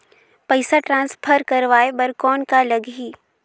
पइसा ट्रांसफर करवाय बर कौन का लगही?